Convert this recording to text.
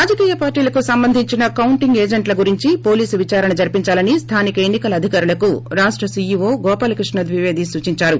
రాజకీయ పార్లీలకు సంబంధించిన కౌంటింగ్ ఏజెంట్ల గురించి పోలీసు విచారణ జరిపించాలని స్లానిక ఎన్ని కల అధికారులకు రాష్ష సీఈఓ గోపాల కృష్ణ ద్వివేదీ సూచించారు